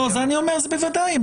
בוודאי.